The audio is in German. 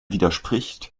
widerspricht